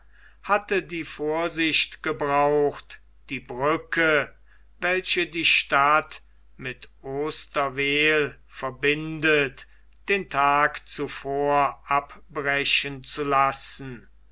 hatte die vorsicht gebraucht die brücke welche die stadt mit osterweel verbindet den tag zuvor abbrechen zu lassen